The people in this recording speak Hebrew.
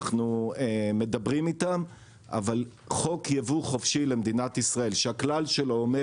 אנחנו מדברים איתם אבל חוק ייבוא חופשי למדינת ישראל ,שהכלל שלו אומר